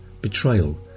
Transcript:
betrayal